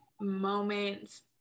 moments